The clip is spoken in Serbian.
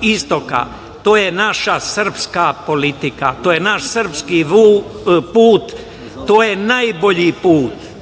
istoka, to je naša srpska politika, to je naš srpski put, to najbolji put,